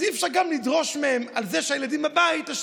אז אי-אפשר לדרוש מהם לשלם על המעונות כשהילדים בבית.